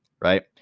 right